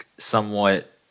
somewhat